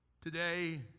Today